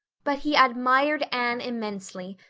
but he admired anne immensely,